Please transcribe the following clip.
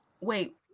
Wait